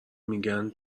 میگن